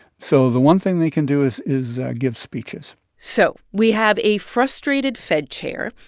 so the one thing they can do is is give speeches so we have a frustrated fed chair.